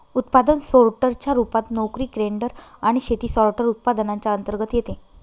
उत्पादन सोर्टर च्या रूपात, नोकरी ग्रेडर आणि शेती सॉर्टर, उत्पादनांच्या अंतर्गत येते